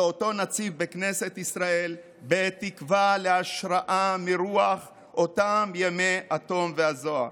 שאותו נציב בכנסת ישראל בתקווה להשראה מרוח אותם ימי התום והזוהר,